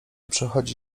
przychodzi